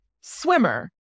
swimmer